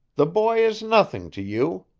the boy is nothing to you.